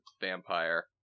vampire